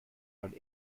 dein